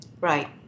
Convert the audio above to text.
Right